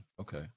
Okay